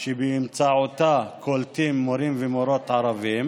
שבאמצעותה קולטים מורים ומורות ערבים.